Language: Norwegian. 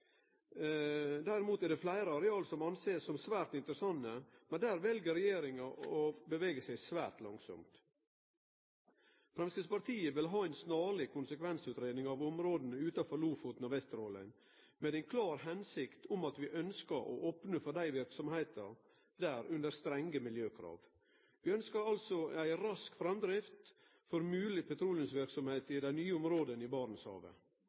Derimot er det fleire areal som blir sett på som svært interessante, men der vel regjeringa å bevege seg svært langsamt. Framstegspartiet vil ha ei snarleg konsekvensutgreiing av områda utanfor Lofoten og Vesterålen, med ein klar hensikt om at vi ønskjer å opne for verksemd der under strenge miljøkrav. Vi ønskjer altså ei rask framdrift for mogleg petroleumsverksemd i